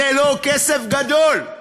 זה לא כסף גדול.